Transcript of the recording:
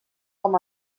com